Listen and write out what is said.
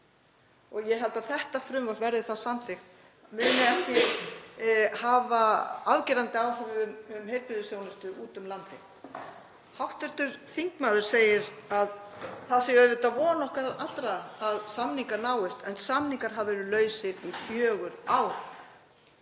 Ég held að þetta frumvarp, verði það samþykkt, muni ekki hafa afgerandi áhrif á heilbrigðisþjónustu úti um landið. Hv. þingmaður segir að það sé auðvitað von okkar allra að samningar náist en samningar hafa verið lausir í fjögur ár.